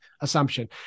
assumption